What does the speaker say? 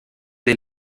des